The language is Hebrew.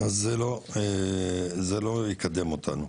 אז זה לא יקדם אותנו.